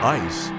ice